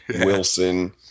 wilson